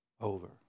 over